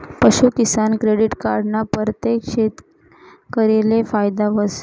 पशूकिसान credit card ना परतेक शेतकरीले फायदा व्हस